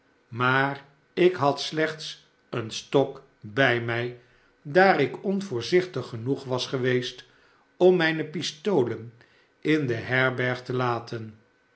maar ik had slechts een stok bij fiij daar ik onvoorzichtig genoeg was geweest om mijne pistolen in de herberg te laten